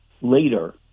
later